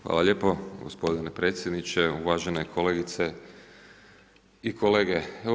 Hvala lijepo gospodine predsjedniče, uvažene kolegice i kolege.